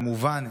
כמובן,